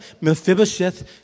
Mephibosheth